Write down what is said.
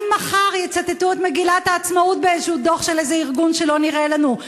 אם מחר יצטטו את מגילת העצמאות באיזשהו דוח של איזה ארגון שלא נראה לנו,